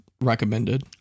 recommended